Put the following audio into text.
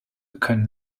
können